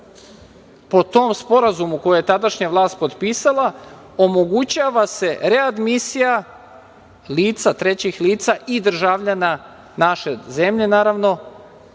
Po tom sporazumu koji je tadašnja vlast potpisala omogućava se readmisija trećih lica i državljana naše zemlje, naravno